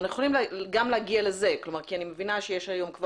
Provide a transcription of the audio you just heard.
ואנחנו יכולים גם להגיע לזה כי אני מבינה שכבר